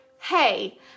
hey